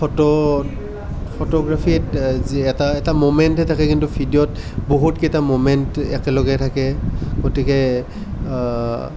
photo ফটোগ্ৰাফীত যি এটা এটা মুমেণ্ট থাকে কিন্তু ভিডিঅ'ত বহুতকেইটা মুমেণ্ট একেলগে থাকে গতিকে